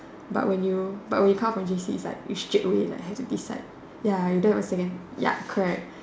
but when you but when you come for J_C it's like you straight away like have to decide ya you don't have a second ya correct